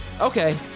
Okay